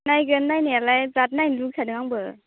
नायगोन नायनायालाय बिराद नायनो लुगैखादों आंबो